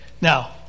now